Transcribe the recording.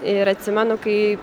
ir atsimenu kai